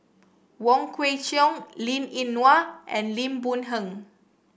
Wong Kwei Cheong Linn In Hua and Lim Boon Heng